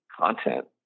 content